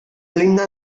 linda